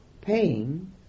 paying